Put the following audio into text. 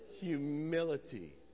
Humility